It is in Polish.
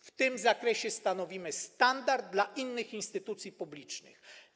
W tym zakresie stanowimy standard dla innych instytucji publicznych.